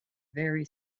very